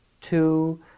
two